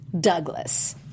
Douglas